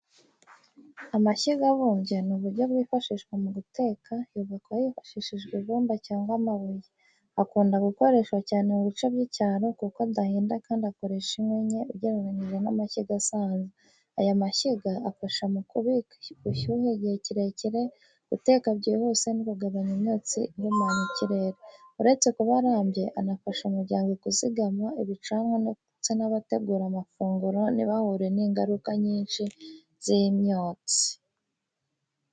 Amashyiga abumbye ni uburyo bwifashishwa mu guteka, yubakwa hifashishijwe ibumba cyangwa amabuye. Akunda gukoreshwa cyane mu bice by’icyaro kuko adahenda kandi akoresha inkwi nke ugereranyije n’amashyiga asanzwe. Aya mashyiga afasha mu kubika ubushyuhe igihe kirekire, guteka byihuse no kugabanya imyotsi ihumanya ikirere. Uretse kuba arambye, anafasha umuryango kuzigama ibicanwa ndetse n’abategura amafunguro ntibahure n’ingaruka nyinshi z’imyotsi.